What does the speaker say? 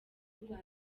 kumenya